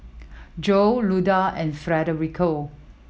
Joel Luda and Federico